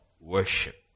worship